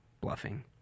bluffing